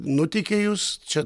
nuteikia jus čia